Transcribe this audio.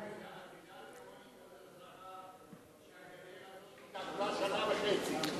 אבל את יודעת כמוני שהגדר הזאת התעכבה שנה וחצי.